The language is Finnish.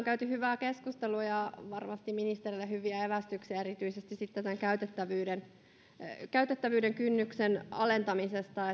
käyty hyvää keskustelua ja annettu varmasti ministereille hyviä evästyksiä erityisesti tämän käytettävyyden käytettävyyden kynnyksen alentamisesta